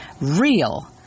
real